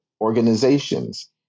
organizations